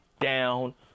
down